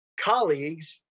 colleagues